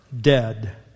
dead